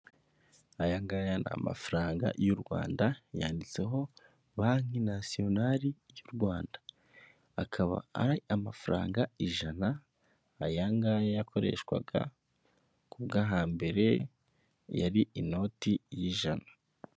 Ayangaya ni amafaranga y'u Rwanda yanditseho banki nasiyonari y'u Rwanda akaba ari amafaranga ijana ayangahe yakoreshwaga ku bw'ahambere yari inoti y'ijana.